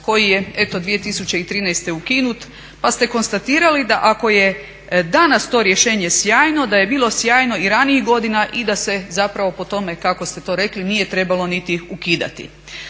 koji je eto 2013. ukinut pa ste konstatirali da ako je danas to rješenje sjajno da je bilo sjajno i ranijih godina i da se zapravo po tome kako ste rekli nije trebalo niti ukidati.